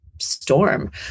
storm